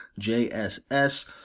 JSS